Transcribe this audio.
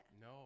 No